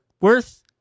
worth